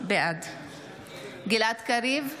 בעד גלעד קריב,